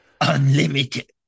Unlimited